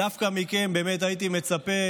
דווקא מכם באמת הייתי מצפה